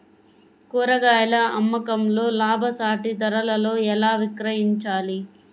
కూరగాయాల అమ్మకంలో లాభసాటి ధరలలో ఎలా విక్రయించాలి?